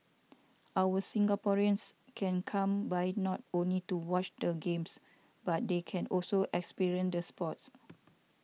our Singaporeans can come by not only to watch the Games but they can also experience the sports